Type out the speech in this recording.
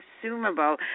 consumable